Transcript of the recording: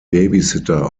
babysitter